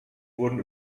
wurden